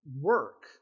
work